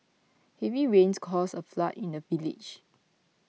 heavy rains caused a flood in the village